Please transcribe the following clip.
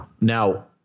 Now